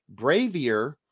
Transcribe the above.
bravier